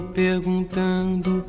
perguntando